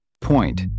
Point